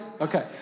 Okay